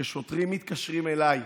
שוטרים מתקשרים אליי,